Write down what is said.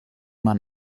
man